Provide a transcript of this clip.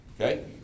Okay